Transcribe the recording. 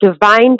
divine